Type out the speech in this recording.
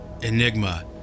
Enigma